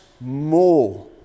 more